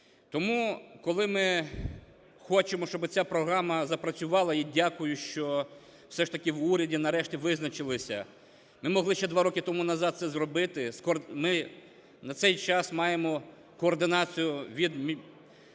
Тому, коли хочемо, щоб ця програма запрацювала, і дякую, що все ж таки в уряді нарешті визначилися, ми могли ще два роки тому назад це зробити, ми на цей час маємо координацію від